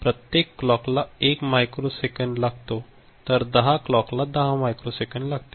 प्रत्येक क्लॉक ला 1 मायक्रो सेकंद लागतो तर 10 क्लॉक ला 10 मायक्रो सेकंद लागतील